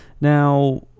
Now